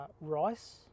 Rice